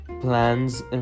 plans